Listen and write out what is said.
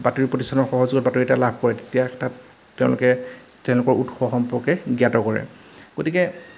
বাতৰি প্ৰতিষ্ঠানৰ সহযোগত বাতৰি এটা লাভ কৰে তেতিয়া তাত তেওঁলোকে তেওঁলোকৰ উৎস সম্পৰ্কে জ্ঞাত কৰে গতিকে